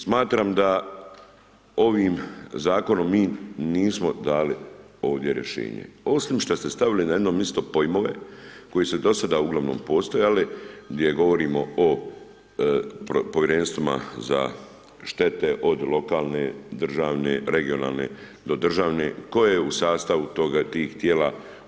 Smatram da ovim Zakonom mi nismo dali ovdje rješenje, osim što ste stavili na jedno misto pojmove koji su dosada uglavnom postojali, gdje govorimo o Povjerenstvima za štete od lokalne, državne, regionalne do državne, tko je u sastavu tih tijela.